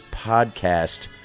podcast